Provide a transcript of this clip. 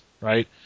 right